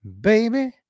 baby